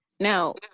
Now